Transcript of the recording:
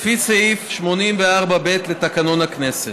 לפי סעיף 84(ב) לתקנון הכנסת.